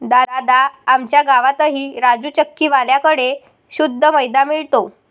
दादा, आमच्या गावातही राजू चक्की वाल्या कड़े शुद्ध मैदा मिळतो